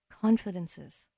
confidences